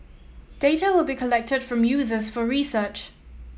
data will be collected from users for research